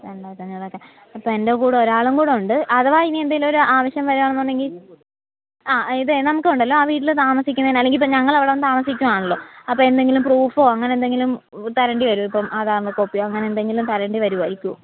രണ്ടായിരത്തി അഞ്ഞൂറ് ഓക്കെ അപ്പം എൻ്റെ കൂടെ ഒരാളും കൂടെ ഉണ്ട് അഥവാ ഇനി എന്തെങ്കിലും ഒരു ആവശ്യം വരുകയാണെന്നുണ്ടെങ്കിൽ ആ ഇതെ നമുക്ക് ഉണ്ടല്ലോ ആ വീട്ടിൽ താമസിക്കുന്നതിന് അല്ലെങ്കിൽ ഇപ്പോൾ ഞങ്ങൾ അവിടെ വന്ന് താമസിക്കുകയാണല്ലോ അപ്പം എന്തെങ്കിലും പ്രൂഫോ അങ്ങനെ എന്തെങ്കിലും തരേണ്ടി വരുമോ ഇപ്പം ആധാറിൻ്റെ കോപ്പിയോ അങ്ങനെ എന്തെങ്കിലും തരേണ്ടി വരുമായിരിക്കുമോ